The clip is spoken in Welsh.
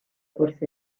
wrth